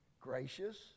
gracious